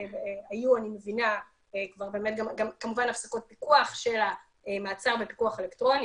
היו כמובן הפסקות פיקוח של מעצר בפיקוח אלקטרוני